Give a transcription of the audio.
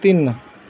ਤਿੰਨ